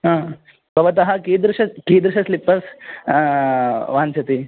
भवतः कीदृशं कीदृशं स्लिप्पर्स् वाञ्चति